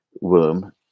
womb